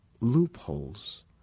loopholes